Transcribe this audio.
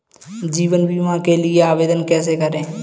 जीवन बीमा के लिए आवेदन कैसे करें?